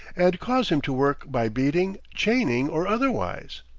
and cause him to work by beating, chaining, or otherwise.